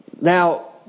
Now